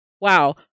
wow